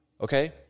Okay